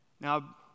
Now